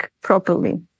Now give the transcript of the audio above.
properly